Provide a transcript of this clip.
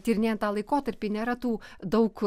tyrinėjant tą laikotarpį nėra tų daug